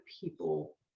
people